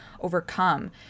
overcome